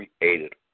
created